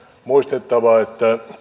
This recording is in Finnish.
muistettava